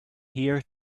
here